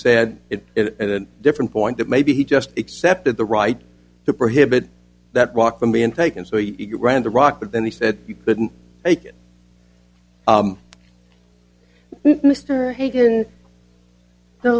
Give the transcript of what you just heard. said it is a different point that maybe he just accepted the right to prohibit that rock from being taken so you ran the rock but then he said you couldn't make it mr hagan the